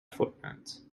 footnotes